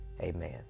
Amen